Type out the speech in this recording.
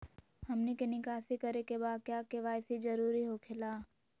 हमनी के निकासी करे के बा क्या के.वाई.सी जरूरी हो खेला?